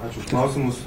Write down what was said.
ačiū už klausimus